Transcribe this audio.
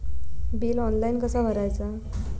Bill online कसा भरायचा?